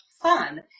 fun